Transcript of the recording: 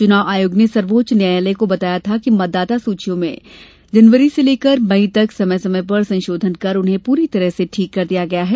चुनाव आयोग ने सर्वोच्च न्यायालय को बताया था कि मतदाता सूचियों में जनवरी से लेकर मई तक समय समय पर संशोधन कर उन्हें पूरी तरह से ठीक कर दिया गया है